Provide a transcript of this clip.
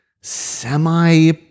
semi